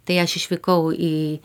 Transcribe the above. tai aš išvykau į